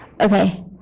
okay